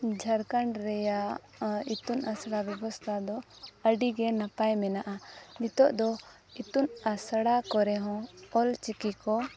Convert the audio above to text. ᱡᱷᱟᱲᱠᱷᱚᱸᱰ ᱨᱮᱭᱟᱜ ᱤᱛᱩᱱ ᱟᱥᱲᱟ ᱵᱮᱵᱚᱥᱛᱷᱟ ᱫᱚ ᱟᱹᱰᱤ ᱜᱮ ᱱᱟᱯᱟᱭ ᱢᱮᱱᱟᱜᱼᱟ ᱱᱤᱛᱚᱜ ᱫᱚ ᱤᱛᱩᱱ ᱟᱥᱲᱟ ᱠᱚᱨᱮ ᱦᱚᱸ ᱚᱞᱪᱤᱠᱤ ᱠᱚ